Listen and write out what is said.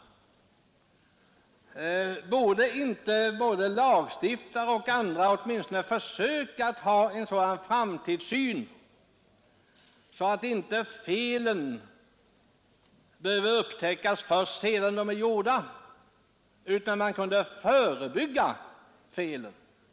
Borde inte både lagstiftare och andra åtminstone försöka att ha en sådan framtidssyn att inte felen upptäcks först sedan de är gjorda utan man kunde förebygga felen?